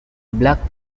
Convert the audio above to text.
black